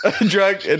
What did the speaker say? drug